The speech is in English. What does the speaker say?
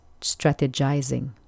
strategizing